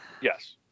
Yes